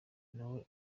nawe